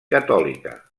catòlica